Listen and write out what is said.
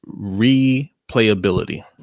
replayability